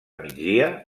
migdia